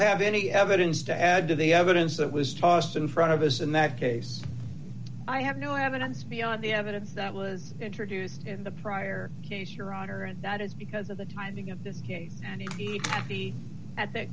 have any evidence to add to the evidence that was tossed in front of us in that case i have no evidence beyond the evidence that was introduced in the prior case your honor and that is because of the timing of this hearing at that at the